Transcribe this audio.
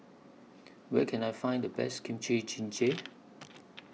Where Can I Find The Best Kimchi Jjigae